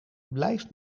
blijft